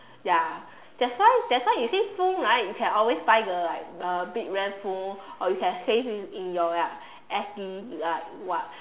ya that's why that's why you see phone right you can always buy the like uh big ram phone or you can save it in your like S_D like what